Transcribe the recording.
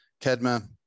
Kedma